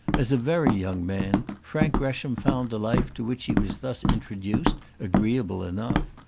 as a very young man, frank gresham found the life to which he was thus introduced agreeable enough.